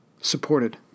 supported